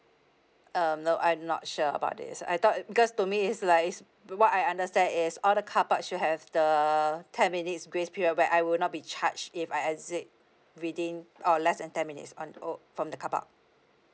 um no I'm not sure about this I thought because to me is like is what I understand is all the carpark should have the ten minutes grace period where I would not be charged if I exit within or less than ten minutes on uh from the carpark